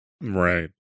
Right